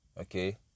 Okay